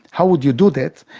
how would you do that?